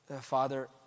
Father